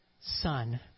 son